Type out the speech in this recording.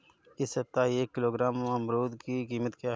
इस सप्ताह एक किलोग्राम अमरूद की कीमत क्या है?